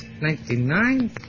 Ninety-nine